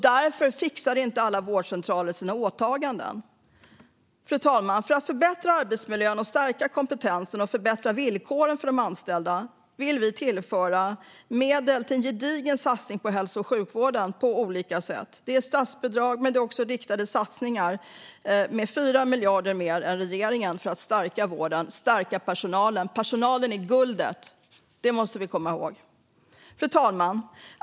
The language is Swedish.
Därför fixar inte alla vårdcentraler sina åtaganden. Fru talman! För att förbättra arbetsmiljön, stärka kompetensen och förbättra villkoren för de anställda vill vi tillföra medel till en gedigen satsning på hälso och sjukvården på olika sätt. Det handlar om statsbidrag, men det är också riktade satsningar på 4 miljarder mer än regeringen för att stärka både vården och personalen. Personalen är guldet. Det måste vi komma ihåg. Fru talman!